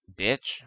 bitch